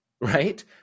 Right